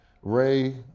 Ray